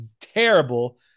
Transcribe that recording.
terrible